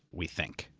we think,